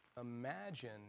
Imagine